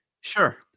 sure